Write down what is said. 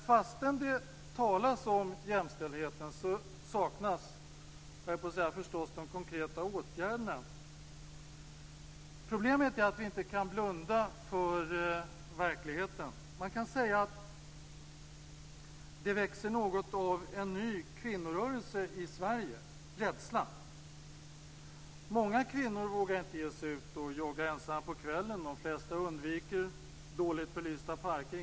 Fastän det talas om jämställdheten saknas konkreta åtgärder. Problemet är att vi inte kan blunda för verkligheten. Det växer något av en ny kvinnorörelse fram i Sverige, nämligen rädslan. Många kvinnor vågar sig inte ut och jogga ensamma på kvällen. De flesta undviker dåligt belysta parker.